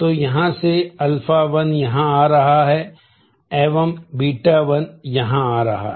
तो यहाँ से α1 यहाँ आ रहा है एवं β 1 यहाँ आ रहा है